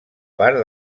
part